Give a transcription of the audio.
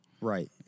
Right